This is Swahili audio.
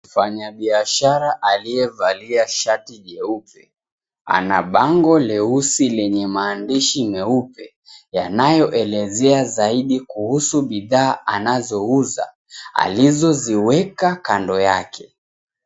Mfanyibiashara aliyevalia shati jeupe ana bango leusi lenye maandishi meupe yanayoelezea zaidi kuhusu bidhaa anazouza alizoziweka kando yake.